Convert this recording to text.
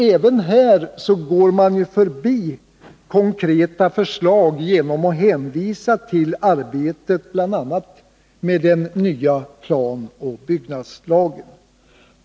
Även här går regeringen förbi konkreta förslag genom att hänvisa till arbetet med bl.a. den nya planoch byggnadslagen.